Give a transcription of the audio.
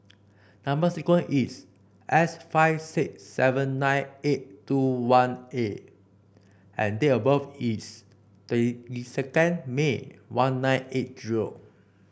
number sequence is S five six seven nine eight two one A and date of birth is twenty second May one nine eight zero